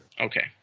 Okay